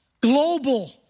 global